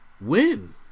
win